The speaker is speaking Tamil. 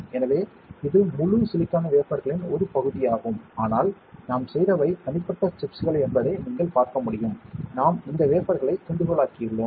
எனவே இது முழு சிலிக்கான் வேஃபர்களின் ஒரு பகுதியாகும் ஆனால் நாம் செய்தவை தனிப்பட்ட சிப்ஸ்கள் என்பதை நீங்கள் பார்க்க முடியும் நாம் இந்த வேஃபர்களை துண்டுகளாக்கியுள்ளோம்